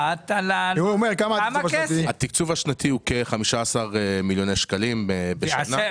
הוא כ-15 מיליוני שקלים בשנה.